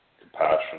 compassion